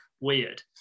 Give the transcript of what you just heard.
weird